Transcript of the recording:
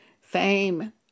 fame